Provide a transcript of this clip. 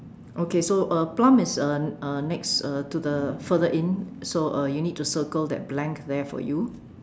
okay so uh plum is uh uh next uh to the further in so uh you need to circle that blank there for you